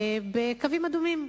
בקווים אדומים,